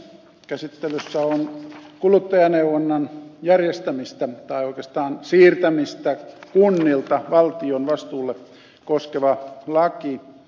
käsittelyssä on kuluttajaneuvonnan järjestämistä tai oikeastaan siirtämistä kunnilta valtion vastuulle koskeva laki